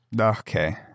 Okay